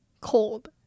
Cold